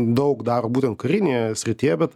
daug daro būtent karinėje srityje bet